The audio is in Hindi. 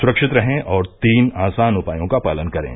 सुरक्षित रहें और तीन आसान उपायों का पालन करें